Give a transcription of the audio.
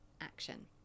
action